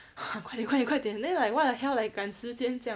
快点快点快点 then like what the hell like 赶时间这样